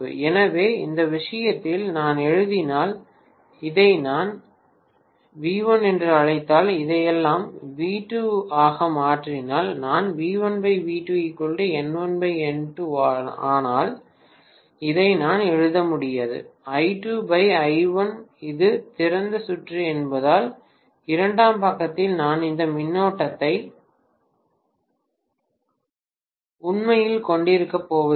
எனவே இந்த விஷயத்தில் நான் எழுதினால் இதை நான் V1 என்று அழைத்தால் இதையெல்லாம் V2 ஆக மாற்றினால் நான் V1V2N1N2 ஆனால் இதை நான் எழுத முடியாது I2I1 இது திறந்த சுற்று என்பதால் இரண்டாம் பக்கத்தில் நான் எந்த மின்னோட்டத்தையும் உண்மையில் கொண்டிருக்கப்போவதில்லை